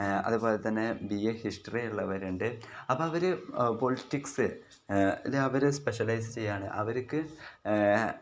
അതു പോലെ തന്നെ ബി എ ഹിസ്റ്ററി ഉള്ളവരുണ്ട് അപ്പം അവർ പൊളിറ്റിക്സ് അല്ലേ അവർ സ്പെഷലൈസ് ചെയ്യുകയാണ് അവർക്ക്